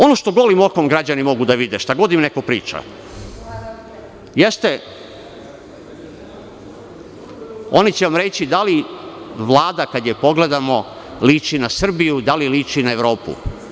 Ono što golim okom građani mogu da vide, šta god im neko priča, oni će vam reći da li Vlada, kada je pogledamo, liči na Srbiju, da li liči na Evropu.